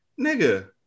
Nigga